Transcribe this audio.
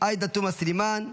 עאידה תומא סלימאן,